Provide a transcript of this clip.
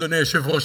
אדוני היושב-ראש,